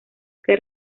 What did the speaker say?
que